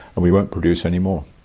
and we won't produce any more.